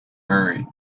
hurry